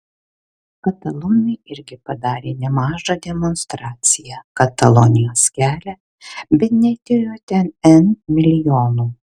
katalonai irgi padarė nemažą demonstraciją katalonijos kelią bet neatėjo ten n milijonų